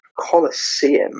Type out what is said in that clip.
Colosseum